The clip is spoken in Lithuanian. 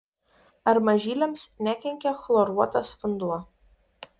ar mažyliams nekenkia chloruotas vanduo